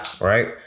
right